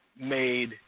made